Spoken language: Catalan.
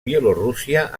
bielorússia